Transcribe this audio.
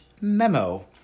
memo